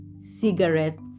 cigarettes